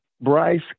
Bryce